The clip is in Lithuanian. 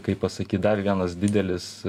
kaip pasakyt dar vienas didelis